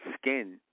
skin